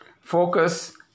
focus